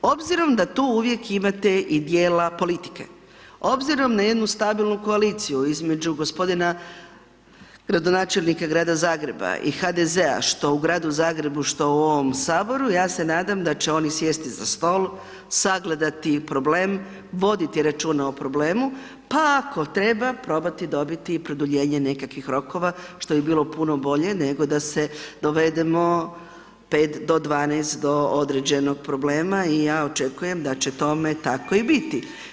Obzirom da tu uvijek imate i dijela politike, obzirom na jednu stabilnu koaliciju između gospodina gradonačelnika grada Zagreba i HDZ-a što u gradu Zagrebu, što u ovom Saboru, ja se nadam da će oni sjesti za stol, sagledati problem, voditi računa o problemu pa ako treba probati dobiti i produljenje nekakvih rokova što bi bilo puno bolje nego da se dovedemo 5 do 12 do određenog problema i ja očekujem da će tome tako i biti.